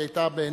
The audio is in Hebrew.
היא היתה בעיני,